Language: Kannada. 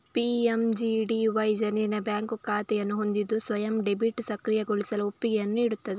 ಪಿ.ಎಮ್.ಜಿ.ಡಿ.ವೈ ಜನರಿಗೆ ಬ್ಯಾಂಕ್ ಖಾತೆಯನ್ನು ಹೊಂದಿದ್ದು ಸ್ವಯಂ ಡೆಬಿಟ್ ಸಕ್ರಿಯಗೊಳಿಸಲು ಒಪ್ಪಿಗೆಯನ್ನು ನೀಡುತ್ತದೆ